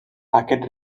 aquest